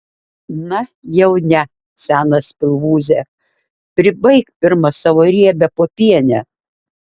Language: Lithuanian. na jau ne senas pilvūze pribaik pirma savo riebią popienę